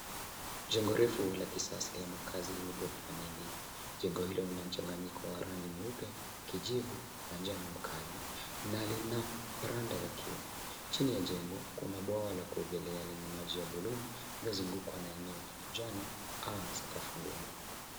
Jengo refu la kisasa la makazi lenye orofa nyingi. Jengo hilo Lina mchanganyiko wa rangi nyeupe , kijivu na njano kali na lina kunda za kioo. Chini ya jengo kuna bwawa la kuogelea lenye maji ya bluu yaliyo zungukwa na eneo la kijani au sakafu ngumu.